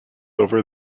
over